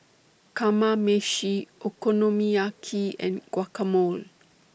Kamameshi Okonomiyaki and Guacamole